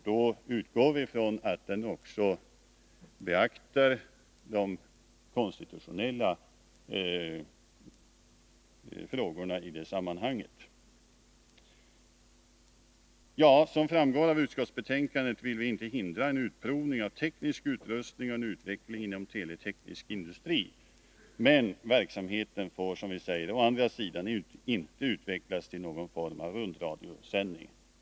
Då utgår vi ifrån att den också beaktar de konstitutionella frågorna i det sammanhanget. Som framgår av utskottsbetänkandet vill vi inte hindra en utprovning av teknisk utrustning och en utveckling inom teleteknisk industri. Men verksamheten får, som vi säger, inte utvecklas till någon form av rundradiosändning.